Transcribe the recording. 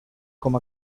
com